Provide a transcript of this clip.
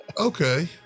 Okay